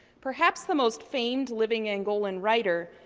perhaps the most famed living angolan writer,